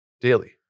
daily